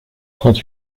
trente